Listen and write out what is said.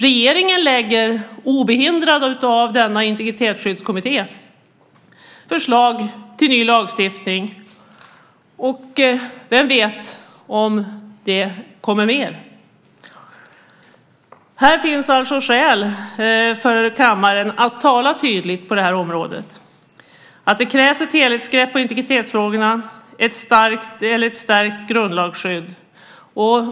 Regeringen lägger, obehindrad av denna integritetsskyddskommitté, fram förslag till ny lagstiftning. Och vem vet om det kommer mer? Det finns alltså skäl för kammaren att tala tydligt på det här området om att det krävs ett helhetsgrepp på integritetsfrågorna och ett stärkt grundlagsskydd.